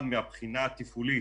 אחד, מהבחינה התפעולית,